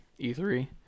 E3